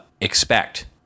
expect